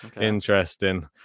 interesting